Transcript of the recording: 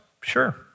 Sure